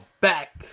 back